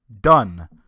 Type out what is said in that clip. Done